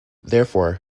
therefore